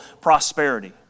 prosperity